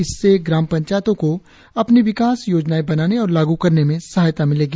इससे ग्राम पंचायतों को अपनी विकास योजनाएं बनाने और लागू करने में सहायता मिलेगी